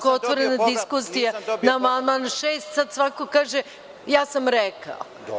Otvorena je diskusija na amandman 6. i sada svako kaže – ja sam rekao…